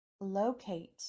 locate